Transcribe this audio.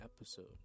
episode